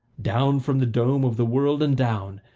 down from the dome of the world and down,